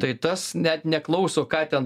tai tas net neklauso ką ten